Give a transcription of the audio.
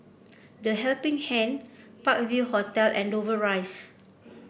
The Helping Hand Park View Hotel and Dover Rise